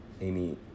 Amy